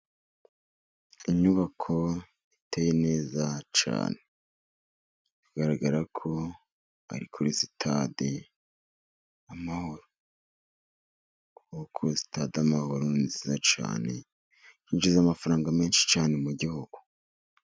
Inyubako iteye neza cyane, bigaragara ko ari kuri sitade Amahoro. Koko sitade amahoro ni nziza cyane, kuko yinjiza amafaranga menshi cyane mu gihugu.